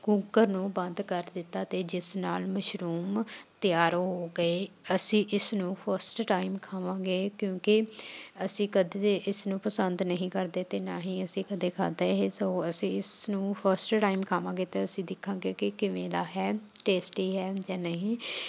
cooker ਨੂੰ ਬੰਦ ਕਰ ਦਿੱਤਾ ਅਤੇ ਜਿਸ ਨਾਲ਼ ਮਸ਼ਰੂਮ ਤਿਆਰ ਹੋ ਗਏ ਅਸੀਂ ਇਸ ਨੂੰ ਫਸਟ ਟਾਈਮ ਖਾਵਾਂਗੇ ਕਿਉਂਕਿ ਅਸੀਂ ਕਦੇ ਇਸਨੂੰ ਪਸੰਦ ਨਹੀਂ ਕਰਦੇ ਅਤੇ ਨਾ ਹੀ ਅਸੀਂ ਕਦੇ ਖਾਧਾ ਇਹ ਸੋ ਅਸੀਂ ਇਸ ਨੂੰ ਫਸਟ ਟਾਈਮ ਖਾਵਾਂਗੇ ਅਤੇ ਅਸੀਂ ਦੇਖਾਂਗੇ ਕਿ ਕਿਵੇਂ ਦਾ ਹੈ ਟੇਸਟੀ ਹੈ ਜਾਂ ਨਹੀਂ